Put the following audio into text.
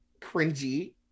cringy